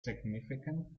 significant